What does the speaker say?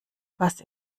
was